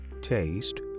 taste